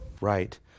Right